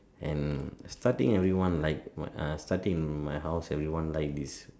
and starting everyone like what uh starting my house everyone like this